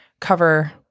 cover